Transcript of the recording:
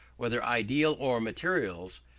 whether ideal or materials,